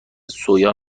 سویا